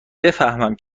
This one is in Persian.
بفهمم